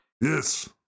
Yes